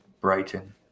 brighton